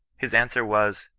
his answer was,